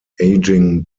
aging